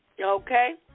Okay